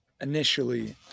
initially